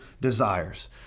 desires